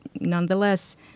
Nonetheless